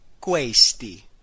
questi